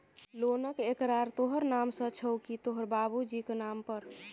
लोनक एकरार तोहर नाम सँ छौ की तोहर बाबुजीक नाम पर